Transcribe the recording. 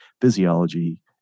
physiology